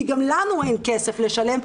כי גם לנו אין כסף לשלם,